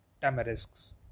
tamarisks